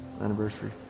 anniversary